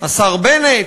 השר בנט,